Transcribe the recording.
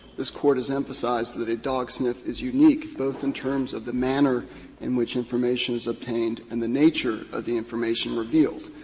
this court has emphasized that a dog sniff is unique, both in terms of the manner in which information is obtained and the nature of the information revealed.